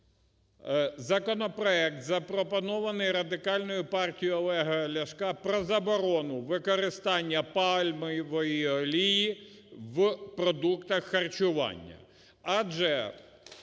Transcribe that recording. законопроект, запропонований Радикальною партією Олега Ляшка, про заборону використання пальмової олії в продуктах харчування.